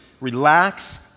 Relax